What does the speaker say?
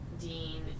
Dean